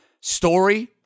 Story